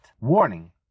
Warning